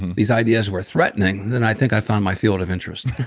these ideas were threatening, then i think i found my field of interest.